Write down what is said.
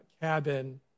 cabin